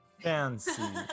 fancy